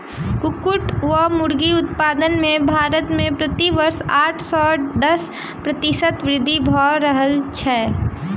कुक्कुट वा मुर्गी उत्पादन मे भारत मे प्रति वर्ष आठ सॅ दस प्रतिशत वृद्धि भ रहल छै